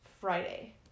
Friday